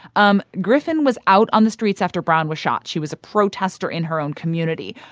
um griffin was out on the streets after brown was shot. she was a protester in her own community.